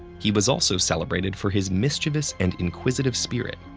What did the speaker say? he was also celebrated for his mischievous and inquisitive spirit,